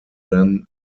then